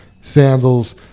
sandals